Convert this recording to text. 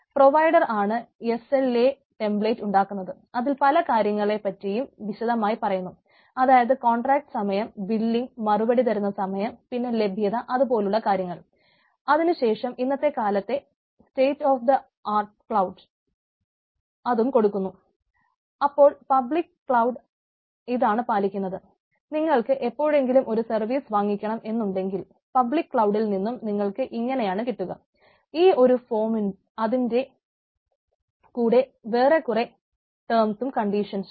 provider ആണ് S L A template ഉം അതിന്റെ കൂടെ വെറെ കുറെ ടേംസ്സും കണ്ടിഷൻസും